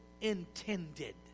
intended